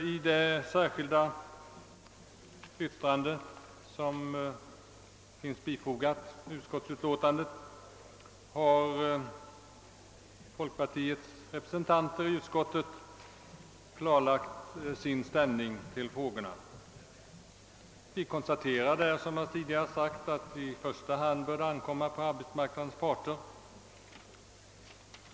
I det särskilda yttrande som finns fogat till utskottsutlåtandet har folkpartiets representanter i utskottet klarlagt sin ställning till frågorna. Vi konstaterar där, som jag tidigare sagt, att de flesta åtgärderna i första hand bör ankomma på arbetsmarknadens parter.